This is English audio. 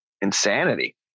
Insanity